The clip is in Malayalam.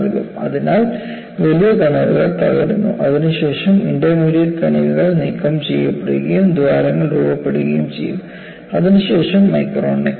അതിനാൽ വലിയ കണികകൾ തകരുന്നു അതിനുശേഷം ഇന്റർമീഡിയറ്റ് കണികകൾ നീക്കം ചെയ്യപ്പെടുകയും ദ്വാരങ്ങൾ രൂപപ്പെടുകയും ചെയ്യുന്നു അതിനുശേഷം മൈക്രോ നെക്കിംഗ്